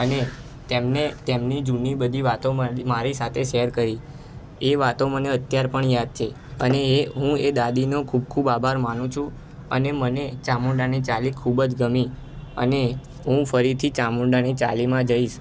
અને તેમણે તેમની જૂની બધી વાતો મારી સાથે સેર કરી એ વાતો મને અત્યારે પણ યાદ છે અને એ હું એ દાદીનો ખૂબ ખૂબ આભાર માનું છું અને મને ચામુંડાની ચાલી ખુબ જ ગમી અને હું ફરીથી ચામુંડાની ચાલીમાં જઇશ